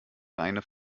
reine